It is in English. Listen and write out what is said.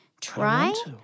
Try